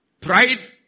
Pride